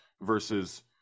versus